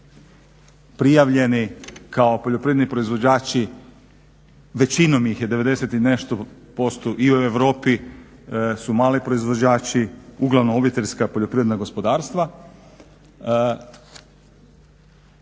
prijavljeni kao poljoprivredni proizvođači većinom ih je 90 i nešto posto i u Europi su mali proizvođači, uglavnom obiteljska poljoprivredna gospodarstva,